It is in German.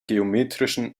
geometrischen